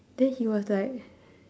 then he was like